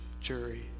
jury